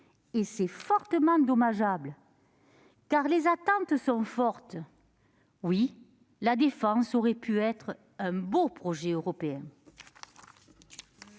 C'est fort dommageable, car les attentes sont fortes. Oui, la défense aurait pu être un beau projet européen